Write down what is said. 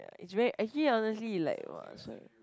ya it's very actually honestly it's like !wah!